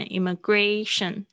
Immigration